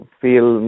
feel